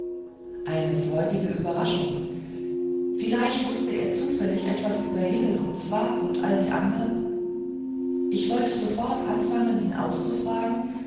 eine freudige überraschung vielleicht wußte er zufällig etwas über hillel und zwakh und alle die andern ich wollte sofort anfangen ihn auszufragen